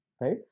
right